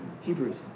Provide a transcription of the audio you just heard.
Hebrews